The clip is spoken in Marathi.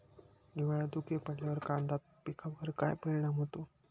हिवाळ्यात धुके पडल्यावर कांदा पिकावर काय परिणाम होतो?